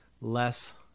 less